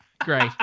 great